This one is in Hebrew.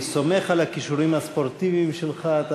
אני סומך על הכישורים הספורטיביים שלך.